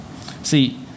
See